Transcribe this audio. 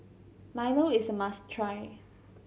milo is a must try